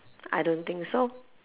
I don't think so